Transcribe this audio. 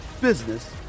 business